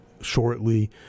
shortly